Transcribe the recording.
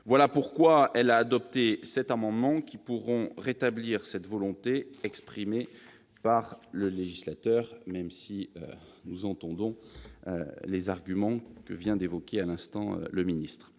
Voilà pourquoi elle a adopté sept amendements qui pourront rétablir cette volonté exprimée par le législateur, même si nous entendons bien les arguments qu'a invoqués à l'instant M. le ministre.